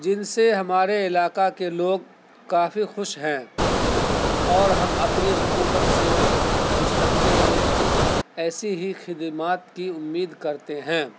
جن سے ہمارے علاقہ کے لوگ کافی خوش ہیں اور ہم اپنی حکومت سے مستقبل میں ایسی ہی خدمات کی امید کرتے ہیں